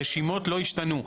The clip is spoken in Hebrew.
הרשימות לא השתנו.